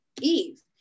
eve